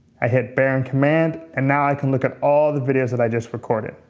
i hit baron command. and now i can look at all the videos that i just recorded.